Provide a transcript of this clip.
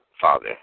father